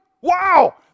Wow